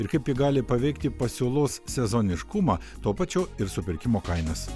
ir kaip ji gali paveikti pasiūlos sezoniškumą tuo pačiu ir supirkimo kainas